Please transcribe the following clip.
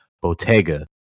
Bottega